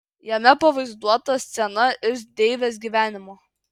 jame pavaizduota scena iš deivės gyvenimo